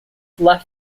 left